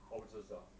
houses ah